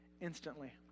instantly